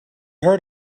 heard